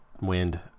wind